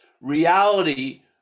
reality